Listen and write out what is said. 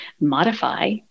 modify